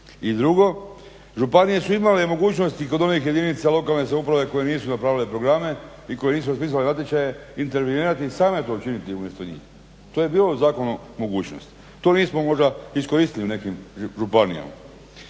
I drugo, županije su imale mogućnosti kod onih jedinica lokalne samouprave koje nisu napravile programe i koje nisu raspisale natječaje intervenirati i same to učiniti umjesto njih. To je bilo u zakonu mogućnost. To nismo možda iskoristili u nekim županijama.